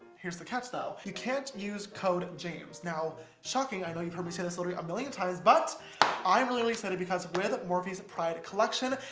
here's the catch though, you can't use code james. now shocking, i know you've heard me say this literally a million times, but i'm really, really excited because with morphe's pride collection,